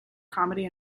comedy